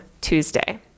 Tuesday